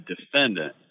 defendant